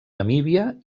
namíbia